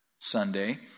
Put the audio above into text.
Sunday